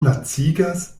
lacigas